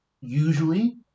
Usually